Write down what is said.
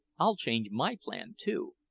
i'll change my plan too.